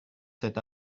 cet